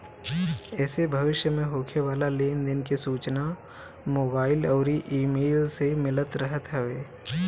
एसे भविष्य में होखे वाला लेन देन के सूचना मोबाईल अउरी इमेल से मिलत रहत हवे